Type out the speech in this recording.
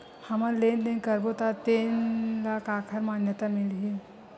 हमन लेन देन करबो त तेन ल काखर मान्यता मिलही?